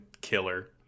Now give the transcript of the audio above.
killer